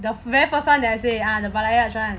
the very first [one] that I say ah the ballarat [one]